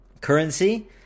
currency